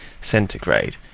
centigrade